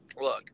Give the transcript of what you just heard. Look